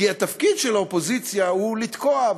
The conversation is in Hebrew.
כי התפקיד של האופוזיציה הוא לתקוע,